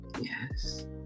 Yes